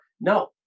no